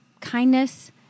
kindness